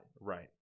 Right